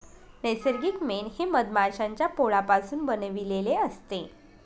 नैसर्गिक मेण हे मधमाश्यांच्या पोळापासून बनविलेले असते